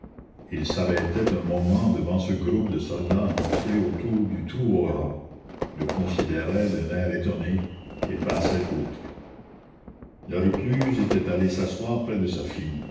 ils s'arrêtaient un moment devant ce groupe de soldats amoncelés autour du trou aux rats le considéraient d'un air étonné et passaient outre la recluse était allée s'asseoir près de sa fille